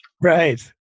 Right